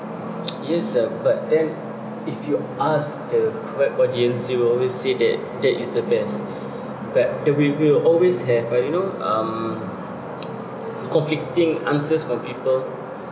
yes uh but then if you you asked the correct audience they will always say that that is the best but the~ we will always have uh you know um conflicting answers from people